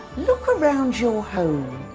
look around your home.